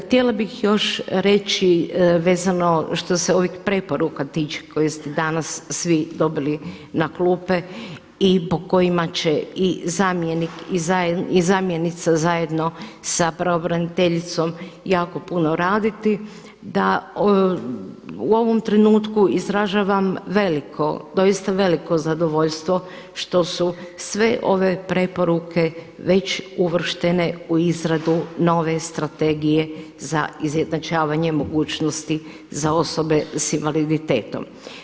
Htjela bih još reći vezano što se ovih preporuka tiče koje ste danas svi dobili na klupe i po kojima će i zamjenik i zamjenica zajedno sa pravobraniteljicom jako puno raditi da u ovom trenutku izražavam veliko doista veliko zadovoljstvo što su sve ove preporuke već uvrštene u izradu nove strategije za izjednačavanje mogućnosti za osobe s invaliditetom.